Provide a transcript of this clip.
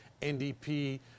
NDP